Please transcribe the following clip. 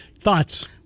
Thoughts